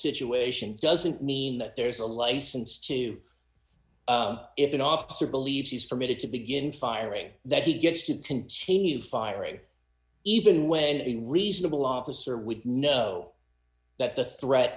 situation doesn't mean that there's a license to if an officer believes he's permitted to begin firing that he gets to continue firing even when a reasonable officer would know that the threat